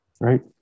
right